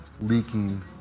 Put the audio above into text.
leaking